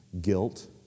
guilt